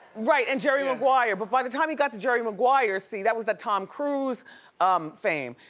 right, and jerry maguire, but by the time he got to jerry maguire, see, that was that tom cruise um fame.